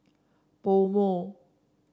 PoMo